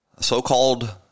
so-called